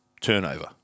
turnover